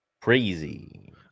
Crazy